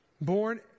Born